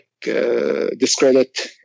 discredit